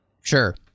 Sure